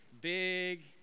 big